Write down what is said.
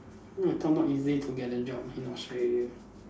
no I thought not easy to get a job in Australia